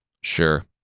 Sure